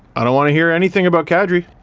i don't want to hear anything about kadri.